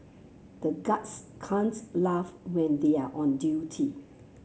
the guards can't laugh when they are on duty